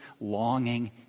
longing